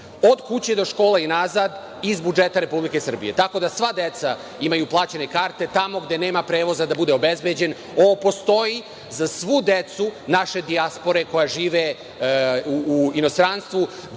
od kuće do škole i nazad iz budžeta Republike Srbije, tako da sva deca imaju plaćene karte, karte tamo gde nema prevoza, da bude obezbeđen. Ovo postoji za svu decu naše dijaspore koja žive u inostranstvu.